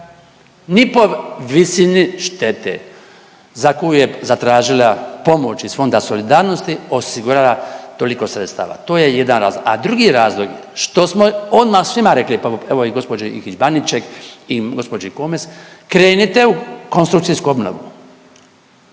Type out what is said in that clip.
ni po visini štete za koju je zatražila pomoć iz Fonda solidarnosti osigurala toliko sredstava. To je jedan razlog. A drugi razlog što smo odmah svima rekli, pa evo i gđi Baniček i gđi Komes, krenite u konstrukcijsku obnovu.